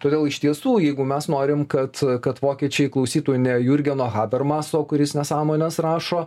todėl iš tiesų jeigu mes norim kad kad vokiečiai klausytų ne jurgeno habermaso kuris nesąmones rašo